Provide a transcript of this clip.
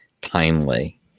timely